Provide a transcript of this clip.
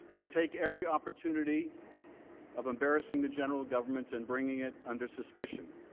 to take every opportunity of embarrassing the general government and bring it under suspicion,